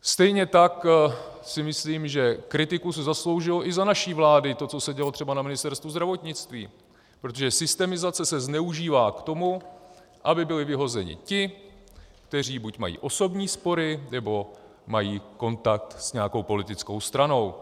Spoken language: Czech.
Stejně tak si myslím, že kritiku si zasloužilo i za naší vlády to, co se dělo třeba na Ministerstvu zdravotnictví, protože systemizace se zneužívá k tomu, aby byli vyhozeni ti, kteří buď mají osobní spory, nebo mají kontakt s nějakou politickou stranou.